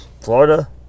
Florida